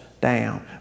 down